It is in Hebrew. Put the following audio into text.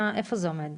איפה זה עומד?